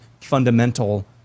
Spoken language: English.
fundamental